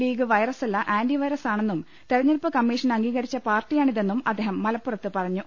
league വൈറസല്ല anti വൈറസാണെന്നും തെരഞ്ഞെടൂപ്പ് കമ്മീഷൻ അംഗീകരിച്ച പാർട്ടിയാണിതെന്നും അദ്ദേഹം മലപ്പുറത്ത് പറഞ്ഞു